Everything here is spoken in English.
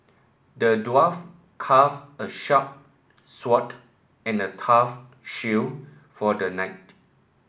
the dwarf calf a sharp sword and a tough shield for the knight